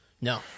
No